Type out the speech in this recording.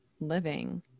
living